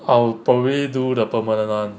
I'll probably do the permanent [one]